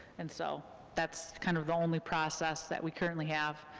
and so that's kind of the only process that we currently have